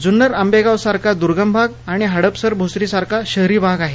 जून्नर आंबेगाव सारखा दुर्गम भाग आणि हडपसर भोसरी सारखा शहरी भाग आहे